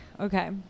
Okay